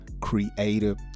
creative